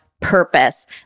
purpose